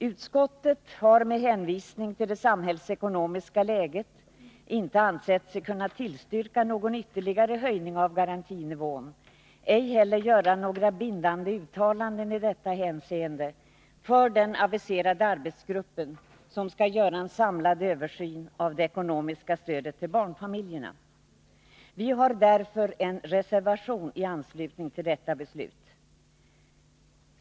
Utskottet har med hänvisning till det samhällsekonomiska läget inte ansett sig kunna tillstyrka någon ytterligare höjning av garantinivån, ej heller göra några bindande uttalanden i detta hänseende för den aviserade arbetsgruppen, som skall göra en samlad översyn av det ekonomiska stödet till barnfamiljerna. Vi har därför en reservation i anslutning till detta beslut.